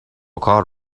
کار